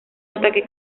ataque